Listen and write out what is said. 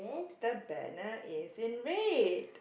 the banner is in red